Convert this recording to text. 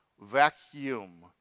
vacuum